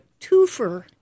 twofer